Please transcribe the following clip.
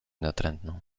natrętną